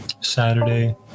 Saturday